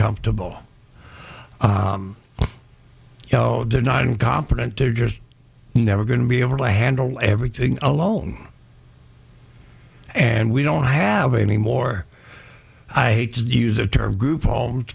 comfortable they're not incompetent they're just never going to be able to handle everything alone and we don't have anymore i hate to use the term group home